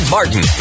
Martin